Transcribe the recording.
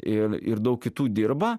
ir ir daug kitų dirba